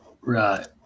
Right